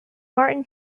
martin